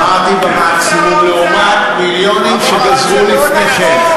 אמרתי במקסימום, לעומת מיליונים שגזרו לפני כן.